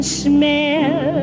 smell